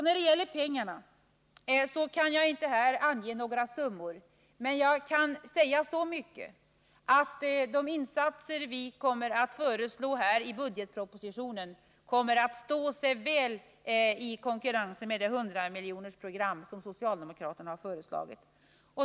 När det gäller pengarna kan jag inte här ange några summor, men jag kan säga så mycket att de insatser vi kommer att föreslå i budgetpropositionen kommer att stå sig väl i konkurrensen med det hundramiljonersprogram som socialdemokraterna har föreslagit.